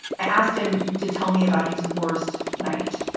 i asked him to tell me about his worst night.